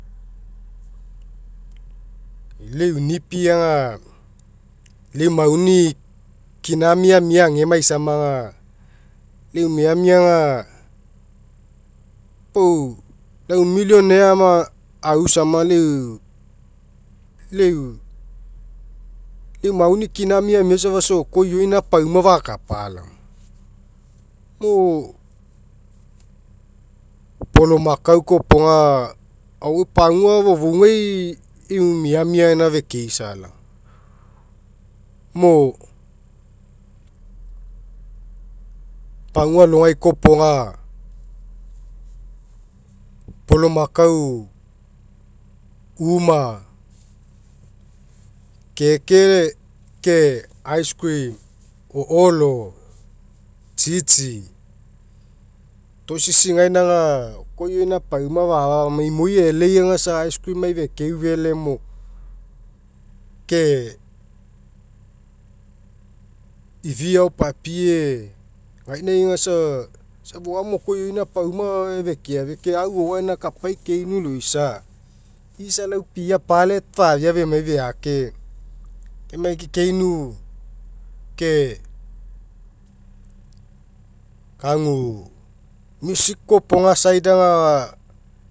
Lau eu nipi aga eu mauni kina miamia agemaisania aga lau eu miamia aga pau lau millionaire ma au sama lau lau lau- eu mauni kina miamia safa lau okoiona fakapa laoma. Mo polomakau koa iopoga ao pagua fofougai eu miamia gaina fekeisa laoma, mo pagua alogai kopaga polomakau uma keke ke ke ice cream o'olo tsitsi tosisi gaina aga oko iona pauma fa'afa famai imoi e'elei aga isa ice cream ai fekeu fele mo ke ifiao papie gauna aga sa sa foama oko iona pauma gae feke afia ke au o'oae gaimai kapai keinu loisa isa lau pia palet fafia fensii, emai fe keinu ke kagu music kopoga side aga